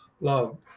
love